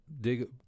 dig